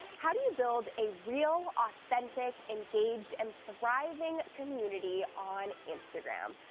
how do you build a real, authentic, engaged and thriving community on instagram?